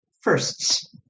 firsts